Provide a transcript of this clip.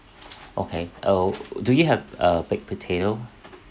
okay oh do you have uh baked potato